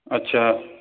अच्छा